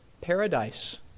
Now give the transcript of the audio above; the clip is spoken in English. Paradise